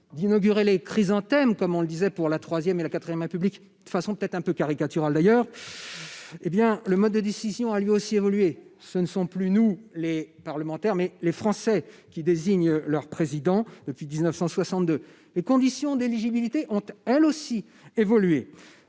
d'inaugurer les chrysanthèmes, comme on le disait sous les IIIet IV Républiques, de façon peut-être un peu caricaturale d'ailleurs. Le mode de décision a lui aussi évolué : ce ne sont plus les parlementaires, mais les Français, qui désignent le Président de la République depuis 1962. Les conditions d'éligibilité ont également évolué